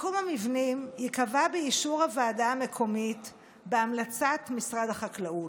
מיקום המבנים ייקבע באישור הוועדה המקומית בהמלצת משרד החקלאות.